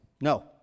No